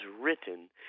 written